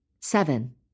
Seven